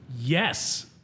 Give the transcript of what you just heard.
Yes